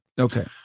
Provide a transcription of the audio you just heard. okay